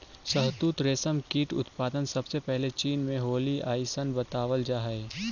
शहतूत रेशम कीट उत्पादन सबसे पहले चीन में होलइ अइसन बतावल जा हई